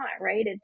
right